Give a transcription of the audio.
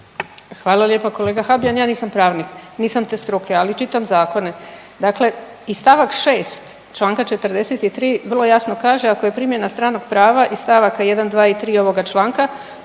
Hvala lijepa kolega Habijan. Ja nisam pravnik, nisam te struke ali čitam zakone. Dakle i stavak 6. članka 43. vrlo jasno kaže ako je primjena stranog prava iz stavaka 1., 2. i 3. ovoga članka